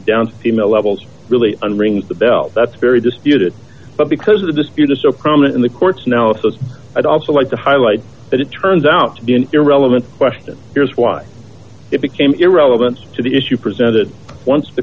down to the male levels really unring the bell that's very disputed but because the dispute is so prominent in the court's analysis i'd also like to highlight that it turns out to be an irrelevant question here's why it became irrelevant to the issue presented once the